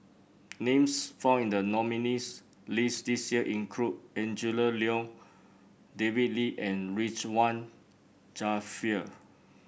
names found in the nominees' list this year include Angela Liong David Lee and Ridzwan Dzafir